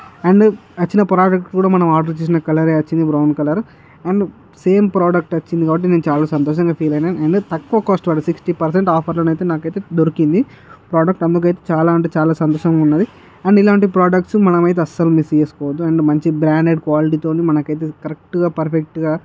and వచ్చిన product కూడా మనం ఆర్డర్ చేసిన కలరే వచ్చింది brown colour and same product వచ్చింది కాబట్టి నేను చాలా సంతోషంగా ఫీల్ అయినా అండ్ తక్కువ కాస్ట్లో సిక్స్టీ పర్సెంట్ ఆఫర్లోనైతే నాకు అయితే దొరికింది ప్రోడక్ట్ అమ్మకైతే చాలా అంటే చాలా సంతోషంగా ఉన్నది అండ్ ఇలాంటి ప్రోడక్ట్స్ మనం అయితే అస్సలు మిస్ చేసుకోవద్దు అండ్ మంచి బ్రాండెడ్ క్వాలిటీతోని మనకైతే కరెక్ట్గా పర్ఫెక్ట్గా